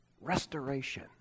restoration